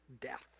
death